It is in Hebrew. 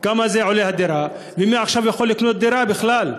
כמה עולה הדירה ומי עכשיו יכול לקנות דירה בכלל,